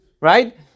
Right